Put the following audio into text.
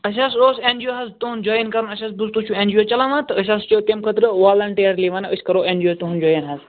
اَسہِ حظ اوس اٮ۪ن جی او حظ تُہنٛد جویِن کَرُن اَسہِ حظ دوٚپ تۄہہِ چھُو این جی او حظ چَلاوان تہٕ أسۍ حظ چھِ تمہِ خٲطرٕ والنٹیرلی وَنان أسۍ کَرو اٮ۪ن جی او تُہنٛد جویِن حظ